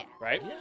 Right